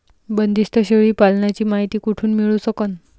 बंदीस्त शेळी पालनाची मायती कुठून मिळू सकन?